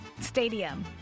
Stadium